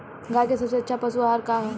गाय के सबसे अच्छा पशु आहार का ह?